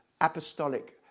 apostolic